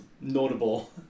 notable